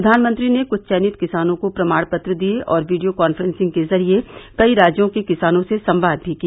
प्रधानमंत्री ने कृष्ठ चयनित किसानों को प्रमाण पत्र दिये और वीडियो कान्फ्रेंसिंग के जरिये कई राज्यों के किसानों से संवाद भी किया